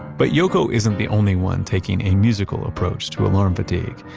but yoko isn't the only one taking a musical approach to alarm fatigue.